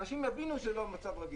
שאנשים יבינו שזה לא במצב רגיל.